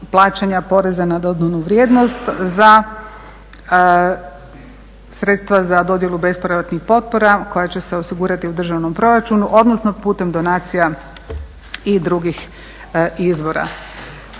poreza na dodanu vrijednost za sredstva za dodjelu bespovratnih potpora koja će se osigurati u državnom proračunu odnosno putem donacija i drugih izvora.